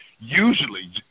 usually